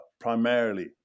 primarily